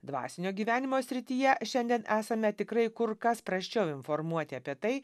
dvasinio gyvenimo srityje šiandien esame tikrai kur kas prasčiau informuoti apie tai